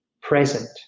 present